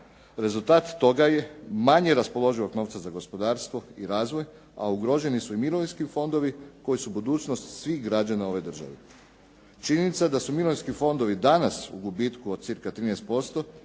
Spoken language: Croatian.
Rezultat toga je manje raspoloživog novca za gospodarstvo i razvoj, a ugroženi su i mirovinski fondovi koji su budućnost svih građana ove države. Činjenica da su mirovinski fondovi danas u gubitku od cirka 13%,